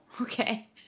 okay